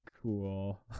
cool